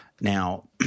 Now